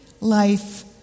life